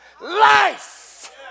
life